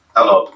Hello